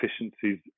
efficiencies